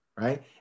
right